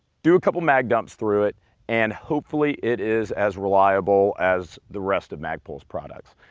do a couple of mag dumps through it and hopefully it is as reliable as the rest of magpul's products.